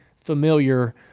familiar